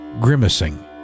grimacing